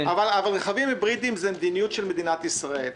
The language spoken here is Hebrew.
אבל רכבים היברידיים זה מדיניות של מדינת ישראל,